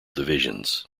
divisions